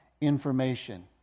information